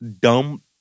dumb